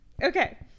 Okay